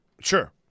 Sure